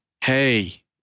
hey